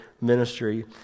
ministry